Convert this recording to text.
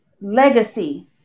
legacy